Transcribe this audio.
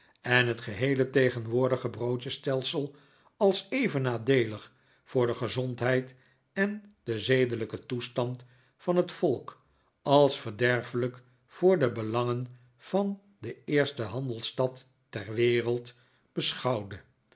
en het geheele tegenwoordige broodjesstelsel als even nadeelig voor de gezondheid en den zedelijken toestand van het volk als verderfelijk voor de belangen van de eerste handelsstad der wereld beschouwde